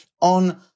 on